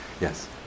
Yes